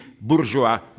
bourgeois